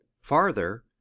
Farther